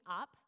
up